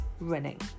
running